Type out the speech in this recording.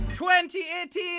2018